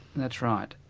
that's right.